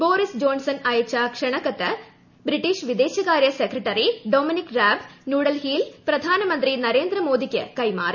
Boris Johnson അയച്ച ക്ഷണക്കത്ത് British വിദേശകാര്യ സെക്രട്ടറി ഡൊമിനിക് റാബ് ന്യൂഡൽഹിയിൽ പ്രധാനമന്ത്രി നരേന്ദ്ര മോദിക്ക് കൈമാറി